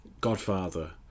godfather